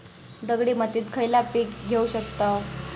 दगडी मातीत खयला पीक घेव शकताव?